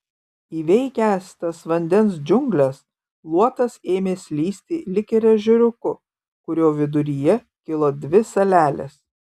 įveikęs tas vandens džiungles luotas ėmė slysti lyg ir ežeriuku kurio viduryje kilo dvi salelės